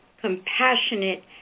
compassionate